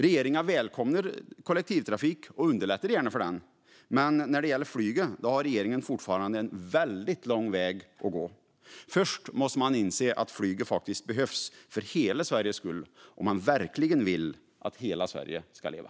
Regeringen välkomnar kollektivtrafik och underlättar gärna för den, men när det gäller flyget har regeringen fortfarande en väldigt lång väg att gå. Först måste man inse att flyget faktiskt behövs för hela Sveriges skull om man verkligen vill att hela Sverige ska leva.